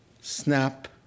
Snap